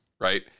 right